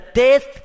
death